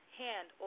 hand